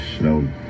no